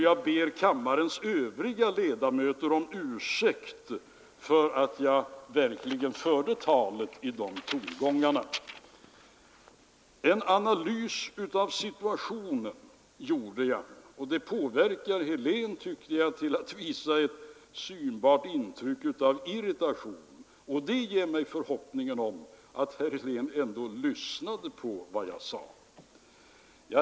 Jag ber kammarens övriga ledamöter om ursäkt för att jag förde talet i de tongångarna. Jag gjorde här en analys av situationen, och jag tyckte att det påverkade herr Helén så att han blev synbart irriterad. Det inger nu i så fall förhoppningen att herr Helén ändå lyssnade på vad jag sade.